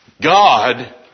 God